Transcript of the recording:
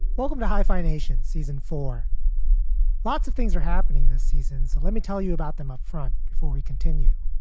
welcome to hyphenation season for lots of things are happening this season, so let me tell you about them upfront before we continue.